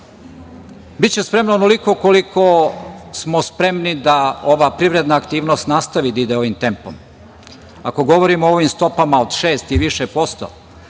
Biće spremna onoliko koliko smo spremni da ova privredna aktivnost nastavi da ide ovim tempom. Ako govorimo o ovim stopama od šest i više posto,